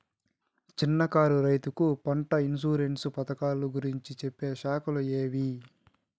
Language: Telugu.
చిన్న కారు రైతుకు పంట ఇన్సూరెన్సు పథకాలు గురించి చెప్పే శాఖలు ఏవి?